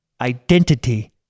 identity